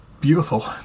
beautiful